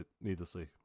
needlessly